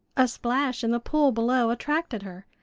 a splash in the pool below attracted her,